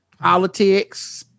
Politics